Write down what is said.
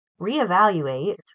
reevaluate